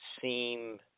seem